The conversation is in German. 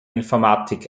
informatik